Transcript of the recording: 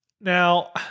Now